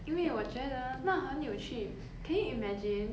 因为我觉得那很有趣 can you imagine